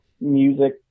music